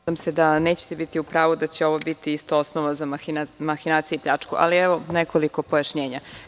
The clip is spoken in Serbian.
Nadam se da nećete biti u pravu da će biti ovo osnova za mahinacije i pljačku, ali evo nekoliko pojašnjenja.